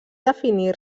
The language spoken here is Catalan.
definir